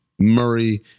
Murray